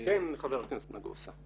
כן, חבר הכנסת נגוסה.